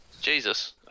Jesus